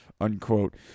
unquote